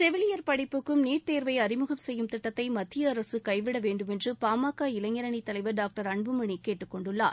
செவிலியர் படிப்புக்கும் நீட் தேர்வை அறிமுகம் செய்யும் திட்டத்தை மத்திய அரசு கைவிட வேண்டுமென்று பாமக இளைஞரணித் தலைவர் டாக்டர் அன்புமணி கேட்டுக் கொண்டுள்ளார்